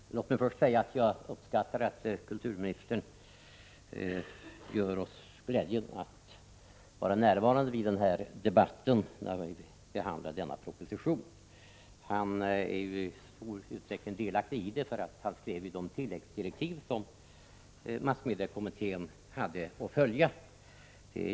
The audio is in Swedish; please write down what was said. Herr talman! Låt mig först säga att jag uppskattar att kulturministern gör oss glädjen att vara närvarande i den debatt där vi behandlar denna proposition. Han är onekligen berörd av debatten, eftersom han skrev de tilläggsdirektiv som massmediekommittén hade att följa.